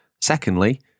Secondly